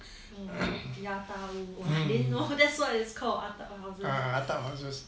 亚答屋 !wah! I didnt know that's why it's called attap houses